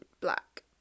black